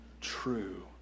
True